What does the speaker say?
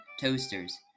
toasters